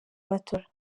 matora